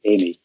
Amy